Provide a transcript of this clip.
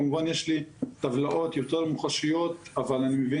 כמובן יש לי טבלאות יותר מוחשיות אבל אני מבין